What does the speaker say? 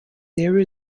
there